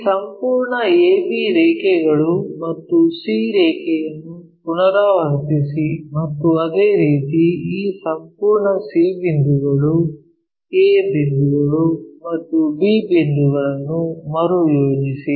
ಈ ಸಂಪೂರ್ಣ a b ರೇಖೆಗಳು ಮತ್ತು c ರೇಖೆಯನ್ನು ಪುನರಾವರ್ತಿಸಿ ಮತ್ತು ಅದೇ ರೀತಿ ಈ ಸಂಪೂರ್ಣ c ಬಿಂದುಗಳು a ಬಿಂದುಗಳು ಮತ್ತು b ಬಿಂದುಗಳನ್ನು ಮರು ಯೋಜಿಸಿ